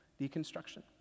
Deconstruction